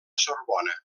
sorbona